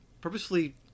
purposefully